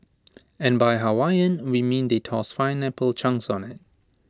and by Hawaiian we mean they tossed pineapple chunks on IT